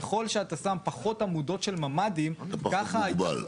ככל שאתה שם פחות עמודות של ממ"דים -- אתה פחות מוגבל.